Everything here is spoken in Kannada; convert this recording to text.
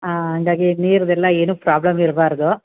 ಹಾಂ ಹಾಗಾಗಿ ನೀರ್ದೆಲ್ಲ ಏನು ಪ್ರಾಬ್ಲಮ್ ಇರಬಾರ್ದು